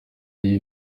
ariyo